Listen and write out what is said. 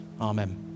Amen